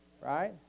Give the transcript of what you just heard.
right